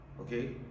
Okay